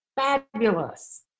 fabulous